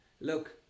look